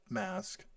mask